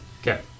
Okay